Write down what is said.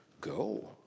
Go